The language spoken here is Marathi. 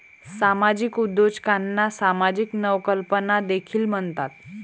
सामाजिक उद्योजकांना सामाजिक नवकल्पना देखील म्हणतात